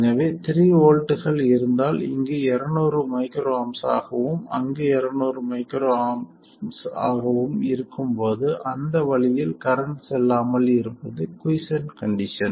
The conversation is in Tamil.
எனவே 3 வோல்ட்கள் இருந்தால் இங்கு 200 µA ஆகவும் அங்கு 200 µA ஆகவும் இருக்கும் போது அந்த வழியில் கரண்ட் செல்லாமல் இருப்பது குய்ஸ்சென்ட் கண்டிஷன்